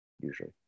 usually